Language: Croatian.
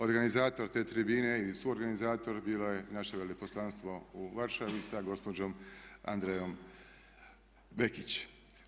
Organizator te tribine ili suorganizator bilo je naše veleposlanstvo u Varšavi sa gospođom Andreom Bekić.